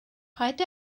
paid